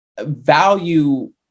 value